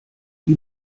die